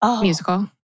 musical